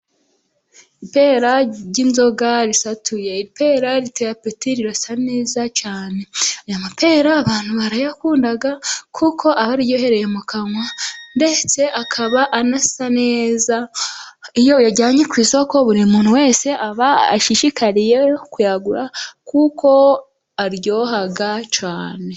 Ipera ry'inzoga risatuye, ipera ritera apeti rirasa neza cyane, aya mapera abantu barayakunda kuko aba aryohereye mu kanwa, ndetse akaba anasa neza. Iyo uyajyanye ku isoko buri muntu wese aba ashishikariye kuyagura, kuko aryoha cyane.